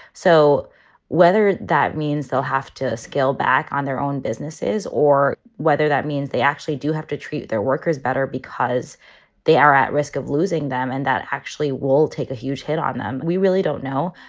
so whether that means they'll have to scale back on their own businesses or whether that means they actually do have to treat their workers better because they are at risk of losing them and that actually will take a huge hit on them. we really don't know.